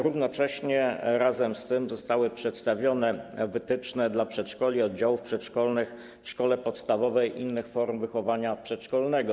Równocześnie razem z tym zostały przedstawione wytyczne dla przedszkoli i oddziałów przedszkolnych w szkole podstawowej oraz innych form wychowania przedszkolnego.